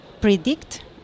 predict